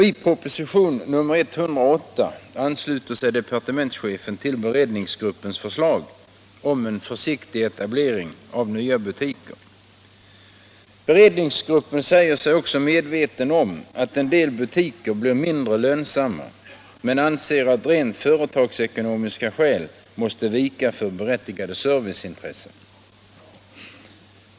I proposition 108 ansluter sig departementschefen till beredningsgruppens förslag om en försiktig etablering av nya butiker. Beredningsgruppen säger sig vara medveten om att en del butiker blir mindre lönsamma men anser att rent företagsekonomiska skäl måste vika för berättigade serviceintressen.